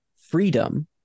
freedom